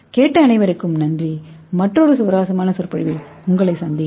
கேட்ட அனைவருக்கும் நன்றி மற்றொரு சுவாரஸ்யமான சொற்பொழிவில் உங்களைப் பார்ப்பேன்